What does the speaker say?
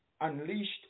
unleashed